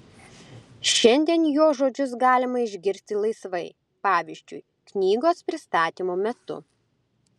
šiandien jo žodžius galima išgirsti laisvai pavyzdžiui knygos pristatymo metu